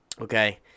Okay